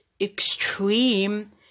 extreme